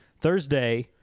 Thursday